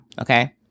Okay